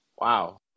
wow